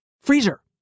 freezer